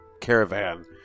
caravan